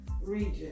region